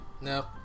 No